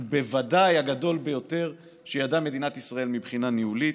ובוודאי הגדול ביותר שידעה מדינת ישראל מבחינה ניהולית,